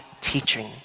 teaching